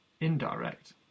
indirect